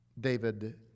David